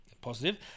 positive